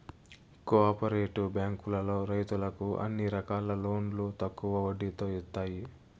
కో operative బ్యాంకులో రైతులకు అన్ని రకాల లోన్లు తక్కువ వడ్డీతో ఇత్తాయి